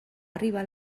arribar